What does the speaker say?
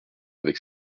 avec